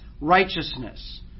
righteousness